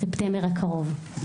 במערכת החינוך בספטמבר הקרוב.